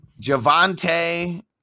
Javante